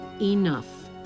enough